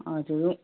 हजुर हो